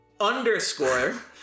underscore